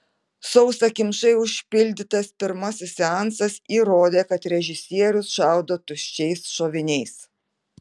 sausakimšai užpildytas pirmasis seansas įrodė kad režisierius šaudo tuščiais šoviniais